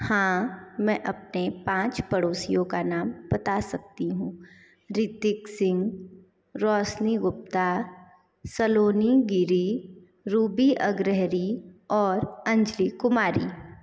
हाँ मैं अपने पाँच पड़ोसियों का नाम बता सकती हूँ रितिक सिंह रोशनी गुप्ता सलोनी गिरी रूबी अग्रहरी और अंजली कुमारी